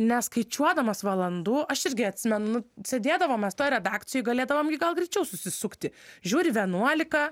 neskaičiuodamas valandų aš irgi atsimen nu sėdėdavom mes toj redakcijoj galėdavom gi gal greičiau susisukti žiūri vienuolika